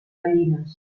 gallines